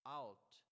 out